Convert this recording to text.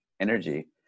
energy